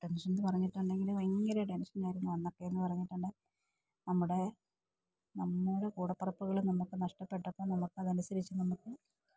ടെൻഷനെന്നു പറഞ്ഞിട്ടുണ്ടെങ്കില് ഭയങ്കര ടെൻഷനായിരുന്നു അന്നൊക്കെ എന്നു പറഞ്ഞിട്ടുണ്ടെങ്കില് നമ്മുടെ കൂടപ്പിറപ്പുകള് നമുക്ക് നഷ്ടപ്പെട്ടപ്പോള് നമുക്കതനുസരിച്ച് നമുക്ക്